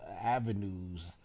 avenues